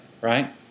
right